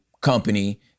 company